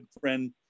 friend